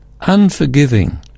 unforgiving